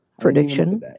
Prediction